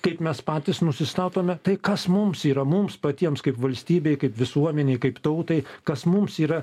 kaip mes patys nusistatome tai kas mums yra mums patiems kaip valstybei kaip visuomenei kaip tautai kas mums yra